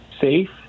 safe